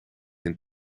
een